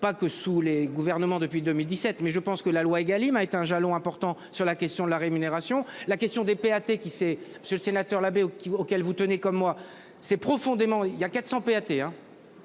Pas que sous les gouvernements depuis 2017 mais je pense que la loi Egalim a est un jalon important sur la question de la rémunération. La question des AT qui c'est ce sénateur la qui auquel vous tenez comme moi c'est profondément. Il y a quatre